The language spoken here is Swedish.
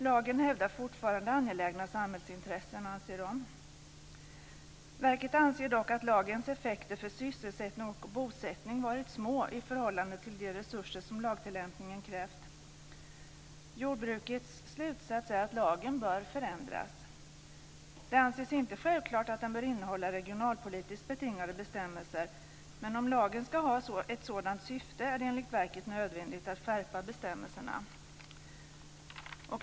Lagen hävdar fortfarande angelägna samhällsintressen, anser det. Verket anser dock att lagens effekter för sysselsättning och bosättning varit små i förhållande till de resurser som lagtillämpningen krävt. Jordbruksverkets slutsats är att lagen bör förändras. Det anses inte självklart att den bör innehålla regionalpolitiskt betingade bestämmelser. Men om lagen ska ha ett sådant syfte är det enligt verket nödvändigt att skärpa bestämmelserna.